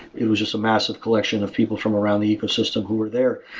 it was just a massive collection of people from around the ecosystem who are there.